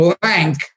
blank